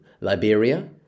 Liberia